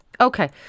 Okay